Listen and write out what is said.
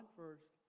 first